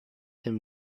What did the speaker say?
him